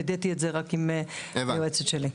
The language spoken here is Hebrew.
ווידאתי את זה עם היועצת שלי.